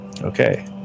Okay